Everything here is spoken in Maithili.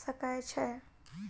सकै छै